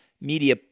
media